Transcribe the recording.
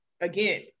Again